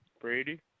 Brady